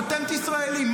פטנט ישראלי,